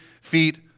feet